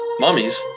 mummies